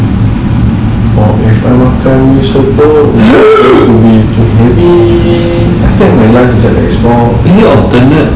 orh if I makan mee soto it will be too heavy I think my lunch